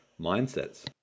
mindsets